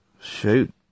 shoot